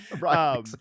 Right